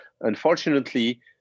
Unfortunately